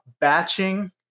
batching